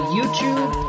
YouTube